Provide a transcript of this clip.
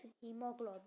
hemoglobin